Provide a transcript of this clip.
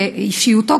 ואישיותו,